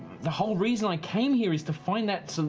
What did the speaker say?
the whole reason i came here is to find that,